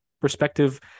perspective